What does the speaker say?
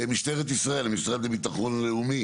משטרת ישראל, המשרד לביטחון לאומי